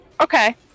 Okay